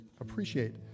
appreciate